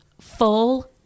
full